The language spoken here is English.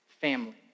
family